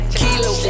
kilo